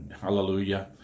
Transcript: hallelujah